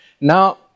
Now